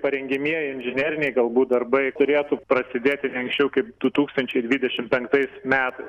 parengiamieji inžineriniai galbūt darbai turėtų prasidėti ne anksčiau kaip du tūkstančiai dvidešim penktais metai